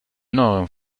neueren